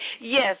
yes